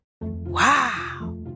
Wow